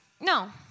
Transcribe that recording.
No